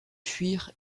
fuir